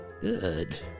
Good